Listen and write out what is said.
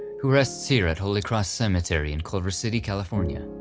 who rests here at holy cross cemetery in culver city california.